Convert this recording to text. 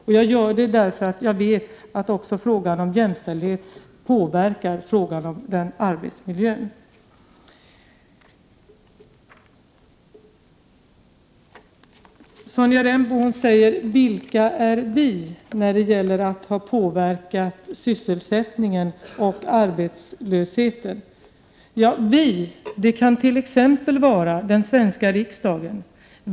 Det säger jag också därför att jag vet att frågan om jämställdhet påverkar frågan om arbetsmiljön. Sonja Rembo frågar: Vilka är ”vi” som har påverkat sysselsättningen och arbetslösheten? ”Vi” kan t.ex. vara den svenska riksdagen.